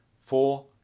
Four